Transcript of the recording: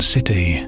City